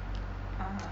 (uh huh)